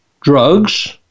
drugs